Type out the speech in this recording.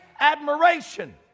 admiration